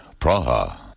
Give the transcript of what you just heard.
Praha